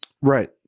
right